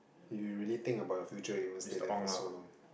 if you really think about your future you won't stay there for so long